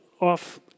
off